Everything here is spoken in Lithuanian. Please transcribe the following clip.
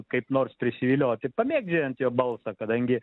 kaip nors prisivilioti pamėgdžiojant jo balsą kadangi